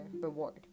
reward